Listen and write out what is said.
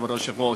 כבוד היושב-ראש,